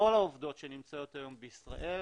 כל העובדות שנמצאות היום בישראל